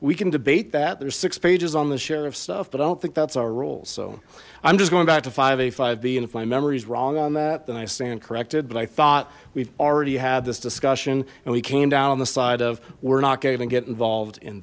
we can debate that there's six pages on the sheriff stuff but i don't think that's our role so i'm just going back to five hundred and eighty five b and if my memories wrong on that then i stand corrected but i thought we've already had this discussion and we came down on the side of we're not going to get involved in